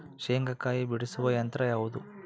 ಶೇಂಗಾಕಾಯಿ ಬಿಡಿಸುವ ಯಂತ್ರ ಯಾವುದು?